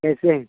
کیسے ہیں